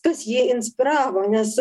kas jį inspiravo nes